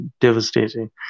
devastating